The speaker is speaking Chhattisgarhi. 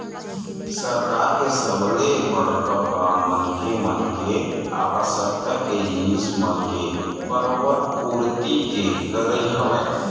सरकार के सबले बड़का काम मनखे मन के आवश्यकता के जिनिस मन के बरोबर पूरति के करई हवय